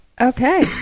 Okay